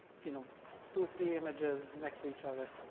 you know two or three images next to each other.